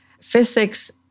Physics